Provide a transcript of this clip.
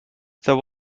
there